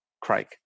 craig